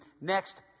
next